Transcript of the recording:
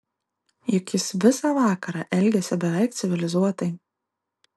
juk jis visą vakarą elgėsi beveik civilizuotai